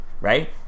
Right